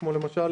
כמו למשל,